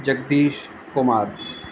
Jagdish Kumar